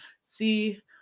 see